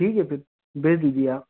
ठीक है फिर भेज दीजिए आप